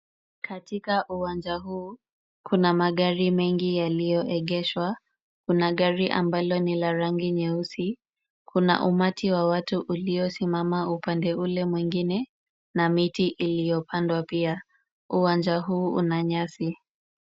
Katika uwanja huu kuna magari mengi yalio egeshwa, kuna gari ambalo ni la rangi nyeusi. Kuna umati wa watu uliyo simama upande ule mwingine na miti uliyo pandwa pia, uwanja huu unanyasi.